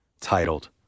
titled